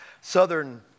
Southern